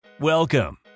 Welcome